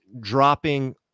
dropping